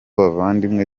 bavandimwe